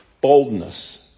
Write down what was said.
boldness